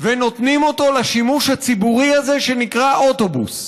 ונותנים אותו לשימוש הציבורי הזה שנקרא "אוטובוס".